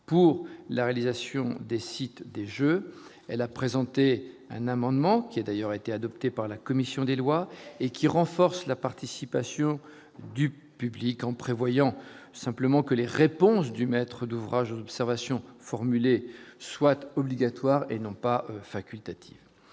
pour la réalisation des sites des Jeux, elle a présenté un amendement qui a d'ailleurs été adoptés par la commission des lois et qui renforce la participation du public en prévoyant simplement que les réponses du maître d'ouvrage observations formulées soit obligatoire et non pas facultative,